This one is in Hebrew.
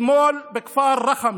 אתמול בכפר רח'מה,